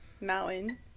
Mountain